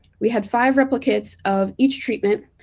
we had five replicates of each treatment,